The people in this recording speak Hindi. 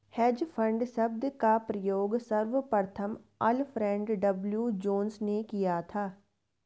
हेज फंड शब्द का प्रयोग सर्वप्रथम अल्फ्रेड डब्ल्यू जोंस ने किया था